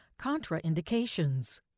Contraindications